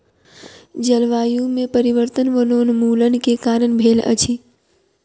जलवायु में परिवर्तन वनोन्मूलन के कारण भेल अछि